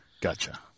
Gotcha